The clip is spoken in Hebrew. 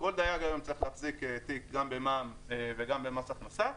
כל דייג היום צריך להחזיק תיק גם במע"מ וגם במס הכנסה,